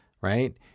right